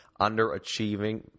underachieving